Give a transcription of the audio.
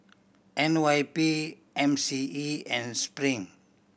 N Y P M C E and Spring